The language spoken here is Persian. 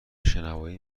شنوایی